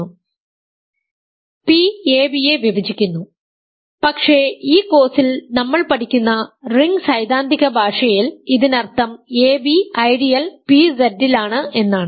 p ab യെ വിഭജിക്കുന്നു പക്ഷേ ഈ കോഴ്സിൽ നമ്മൾ പഠിക്കുന്ന റിംഗ് സൈദ്ധാന്തിക ഭാഷയിൽ ഇതിനർത്ഥം ab ഐഡിയൽ pZ ലാണ് എന്നാണ്